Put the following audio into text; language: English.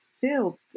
filled